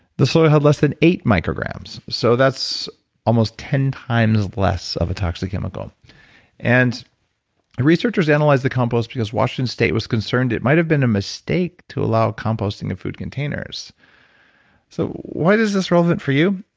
the soil had less than eight micrograms. so that's almost ten times less of a toxic chemical and the researchers analyzed the compost because washington state was concerned it might have been a mistake to allow composting of food containers so why why is this relevant for you?